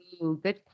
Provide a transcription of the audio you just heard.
Good